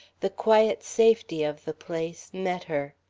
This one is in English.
the quiet safety of the place, met her.